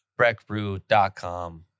BreckBrew.com